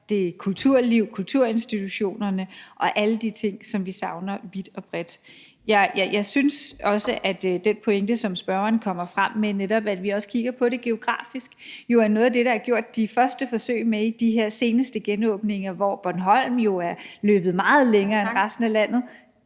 idræt, kulturlivet, kulturinstitutionerne og alle de ting, som vi savner vidt og bredt. Jeg synes også, at den pointe, som spørgeren kommer frem med, netop at vi også kigger på det geografisk, jo er noget af det, der er gjort de første forsøg med i de her seneste genåbninger, hvor Bornholm jo er løbet meget længere end resten af landet